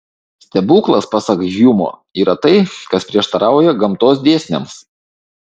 stebuklas pasak hjumo yra tai kas prieštarauja gamtos dėsniams